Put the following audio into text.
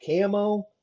camo